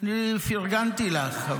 פרגנתי לך.